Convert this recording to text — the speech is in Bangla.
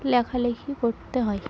লেখালেখি করতে হয়